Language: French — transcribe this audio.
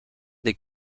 des